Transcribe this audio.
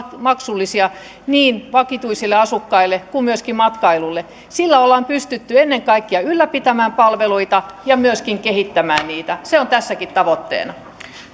maksullisia niin vakituisille asukkaille kuin myöskin matkailulle sillä on pystytty ennen kaikkea ylläpitämään palveluita ja myöskin kehittämään niitä se on tässäkin tavoitteena